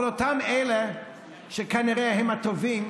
אבל אותם אלה שכנראה הם הטובים,